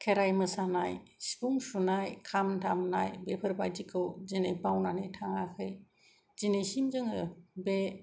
खेराइ मोसानाय सिफुं सुनाय खाम दामनाय बेफोरबादिखौ दिनै बावनानै थाङाखै दिनैसिम जोङो बे